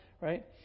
right